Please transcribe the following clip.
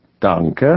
Danke